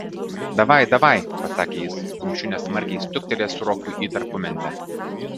davai davaj pasakė jis kumščiu nesmarkiai stuktelėjęs rokui į tarpumentę